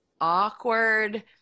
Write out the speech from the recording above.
awkward